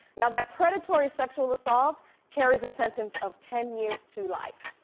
now that predatory sexual assault carries a sentence of ten years to life. oh!